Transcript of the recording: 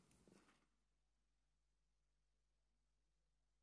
(הישיבה נפסקה בשעה